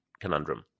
conundrum